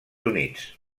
units